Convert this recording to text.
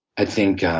i think,